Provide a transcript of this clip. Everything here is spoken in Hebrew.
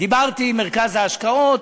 דיברתי עם מרכז ההשקעות.